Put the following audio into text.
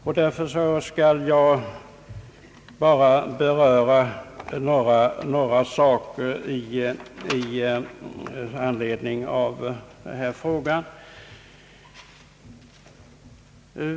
Jag skall därför endast beröra några saker i anledning av denna fråga.